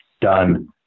done